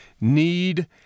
need